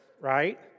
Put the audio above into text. right